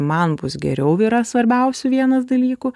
man bus geriau yra svarbiausių vienas dalykų